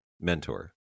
mentor